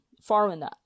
foreigner